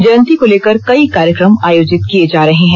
जयंती को लेकर कई कार्यक्रम आयोजित किये जा रहे हैं